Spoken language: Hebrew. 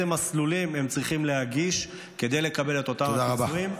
מסלולים הם צריכים להגיש כדי לקבל את אותם הפיצויים.